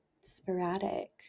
sporadic